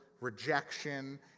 rejection